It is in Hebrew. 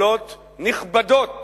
יכולות נכבדות